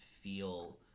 feel